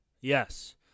Yes